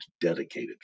dedicated